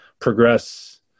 progress